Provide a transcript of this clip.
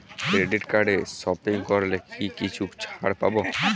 Credit কার্ডে shopping করলে কি কিছু ছাড় পাব?